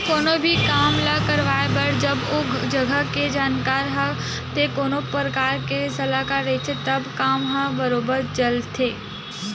कोनो भी काम ल करवाए बर जब ओ जघा के जानकार ते कोनो परकार के सलाहकार रहिथे तब काम ह बरोबर सलटथे